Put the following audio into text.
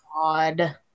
God